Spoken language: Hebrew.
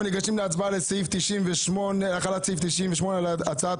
אנחנו ניגשים להצבעה על החלת סעיף 98 על הצעת